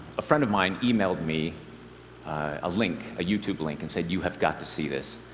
a friend of mine emailed me a link, a youtube link, and said, you have got to see this.